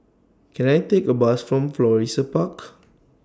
Can I Take A Bus from Florissa Park